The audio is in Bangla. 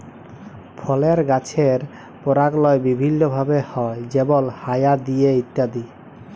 ফলের গাছের পরাগায়ল বিভিল্য ভাবে হ্যয় যেমল হায়া দিয়ে ইত্যাদি